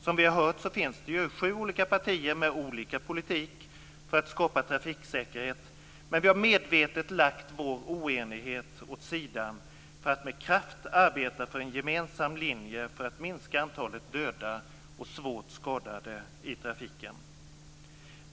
Som vi har hört finns det sju olika partier med olika politik för att skapa trafiksäkerhet, men vi har medvetet lagt vår oenighet åt sidan för att med kraft arbeta för en gemensam linje för att minska antalet döda och svårt skadade i trafiken.